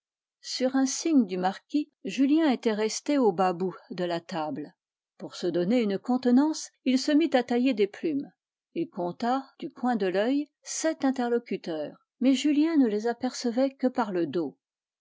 sur un signe du marquis julien était resté au bas bout de la table pour se donner une contenance il se mit à tailler des plumes il compta du coin de l'oeil sept interlocuteurs mais julien ne les apercevait que par le dos